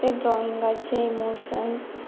ते ड्रॉइंगाचे इमोशन्स